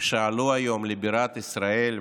שעלו היום לבירת ישראל,